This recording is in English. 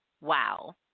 wow